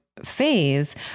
Phase